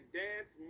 dance